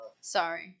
Sorry